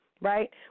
Right